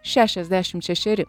šešiasdešim šešeri